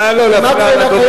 אפשר, נא לא להפריע לדובר.